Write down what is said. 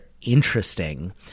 interesting